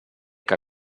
què